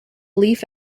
leaf